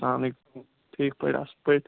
سلامُ علیکُم ٹھیٖک پٲٹھۍ اَصٕل پٲٹھۍ